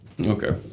Okay